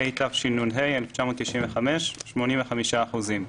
התשנ"ה 1995‏ 85 אחוזים,